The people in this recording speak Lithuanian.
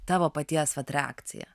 tavo paties vat reakcija